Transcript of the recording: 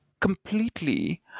completely